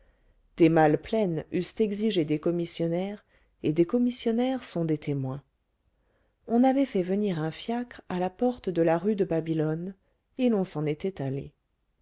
des malles pleines eussent exigé des commissionnaires et des commissionnaires sont des témoins on avait fait venir un fiacre à la porte de la rue de babylone et l'on s'en était allé